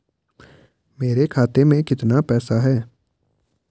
मेरे खाते में कितना पैसा है?